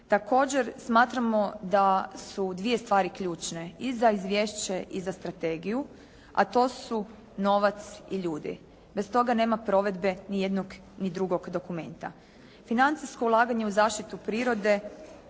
Također smatramo da su dvije stvari ključne i za izvješće i za strategiju, a to su novac i ljudi, bez toga nema provedbe ni jednog ni drugog dokumenta. Financijsko ulaganje u zaštitu prirode